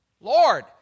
Lord